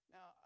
Now